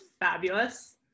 fabulous